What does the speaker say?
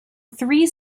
three